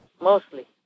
mostly